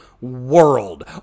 world